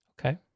okay